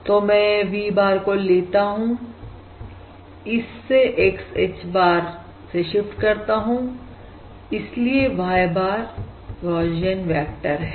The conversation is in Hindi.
तो मैं V bar को लेता हूं इससे X H bar से शिफ्ट करता हूं इसलिए Y bar गौशियन वेक्टर है